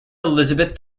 elizabeth